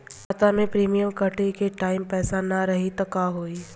खाता मे प्रीमियम कटे के टाइम पैसा ना रही त का होई?